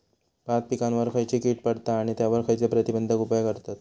भात पिकांवर खैयची कीड पडता आणि त्यावर खैयचे प्रतिबंधक उपाय करतत?